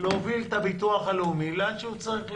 להוביל את הביטוח הלאומי לאן שהוא צריך להיות.